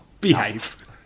Behave